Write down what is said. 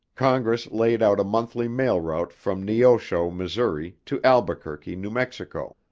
congress laid out a monthly mail route from neosho, missouri, to albuquerque, new mexico,